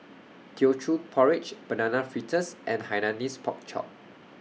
Teochew Porridge Banana Fritters and Hainanese Pork Chop